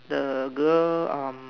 the girl um